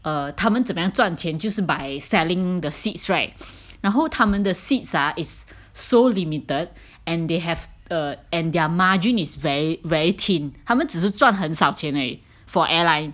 err 他们怎样赚钱就是 by selling the seats right 然后他们的 seats ah is so limited and they have err and their margin is very very thin 他们只是赚很少而已 for airline